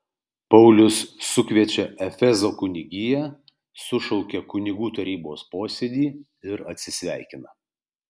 paulius sukviečia efezo kunigiją sušaukia kunigų tarybos posėdį ir atsisveikina